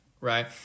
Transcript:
right